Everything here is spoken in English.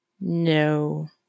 No